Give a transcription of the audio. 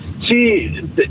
see